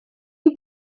ein